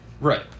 Right